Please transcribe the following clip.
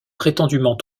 prétendument